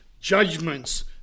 judgments